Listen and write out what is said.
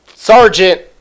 Sergeant